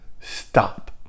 stop